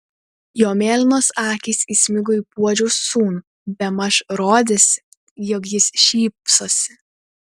jo mėlynos akys įsmigo į puodžiaus sūnų bemaž rodėsi jog jis šypsosi